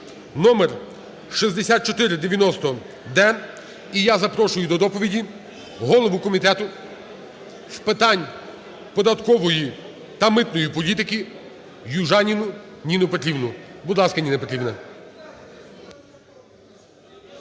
(№ 6490-д). І я запрошую до доповіді голову Комітету з питань податкової та митної політики Южаніну Ніну Петрівну. Будь ласка, Ніна Петрівна.